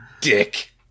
dick